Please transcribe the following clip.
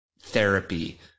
therapy